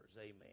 Amen